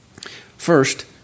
First